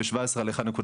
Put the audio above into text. בשנת 2017 עמד על 1.15,